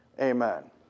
amen